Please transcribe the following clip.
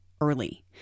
early